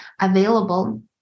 available